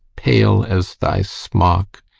pale as thy smock!